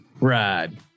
ride